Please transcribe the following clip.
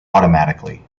automatically